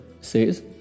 says